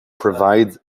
provides